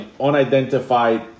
unidentified